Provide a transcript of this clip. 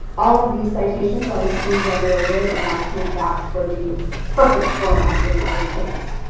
all of these citations are machine generated, and i can't vouch for the perfect format in every case.